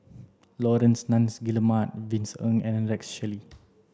Laurence Nunns Guillemard Vincent Ng and Rex Shelley